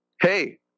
hey